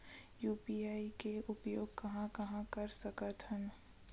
UPI के उपयोग कहां कहा कर सकत हन?